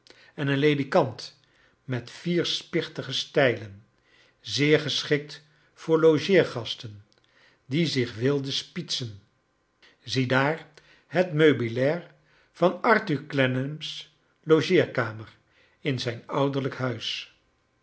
en een ledikant met vier spichtige stijlen zeer geschikt voot logeergasten die zich wilden spietsen ziedaar net meubelair van arthur clennam's logeerkamer in zijn ouderlijk huis